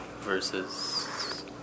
versus